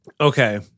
Okay